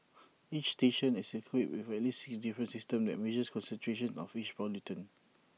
each station is equipped with at least six different systems that measure concentrations of each pollutant